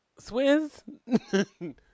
Swizz